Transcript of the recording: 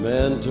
Man